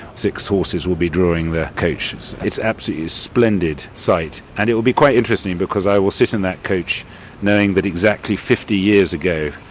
six horses will be drawing the coaches. it's an absolutely splendid sight. and it will be quite interesting because i will sit in that coach knowing that exactly fifty years ago,